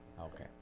Okay